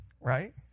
right